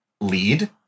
lead